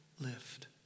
lift